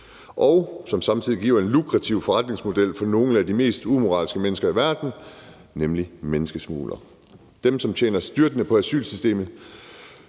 og den er samtidig en lukrativ forretningsmodel for nogle af de mest umoralske mennesker i verden, nemlig menneskesmuglere – dem, som tjener styrtende på asylsystemet.